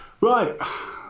right